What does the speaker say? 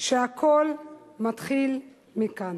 שהכול מתחיל מכאן.